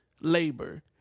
labor